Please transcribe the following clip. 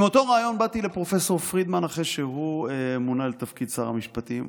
עם אותו רעיון באתי לפרופ' פרידמן אחרי שהוא מונה לתפקיד שר המשפטים.